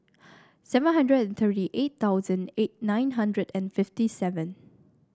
seven hundred and thirty eight thousand eight nine hundred and fifty seven